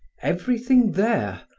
everything there,